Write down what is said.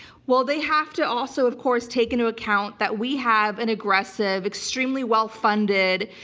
well, they have to also of course take into account that we have an aggressive, extremely well-funded,